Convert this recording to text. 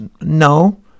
No